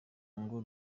ngo